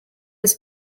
his